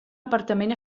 apartament